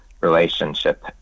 relationship